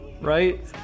right